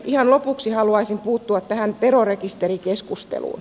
ihan lopuksi haluaisin puuttua tähän verorekisterikeskusteluun